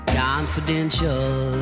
confidential